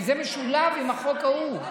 זה משולב עם החוק ההוא.